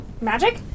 magic